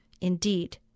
Indeed